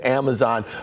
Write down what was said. Amazon